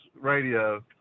radio